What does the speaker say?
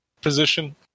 position